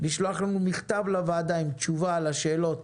לשלוח לנו מכתב לוועדה עם תשובה על השאלות